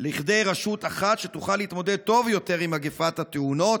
לכדי רשות אחת שתוכל להתמודד טוב יותר עם מגפת התאונות.